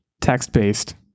text-based